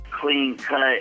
clean-cut